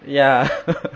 ya